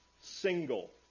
single